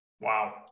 Wow